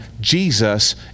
Jesus